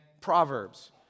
Proverbs